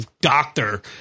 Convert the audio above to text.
doctor